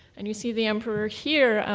and you see the emperor here,